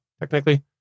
technically